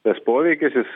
tas poveikis jis